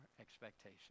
expectation